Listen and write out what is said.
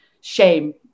shame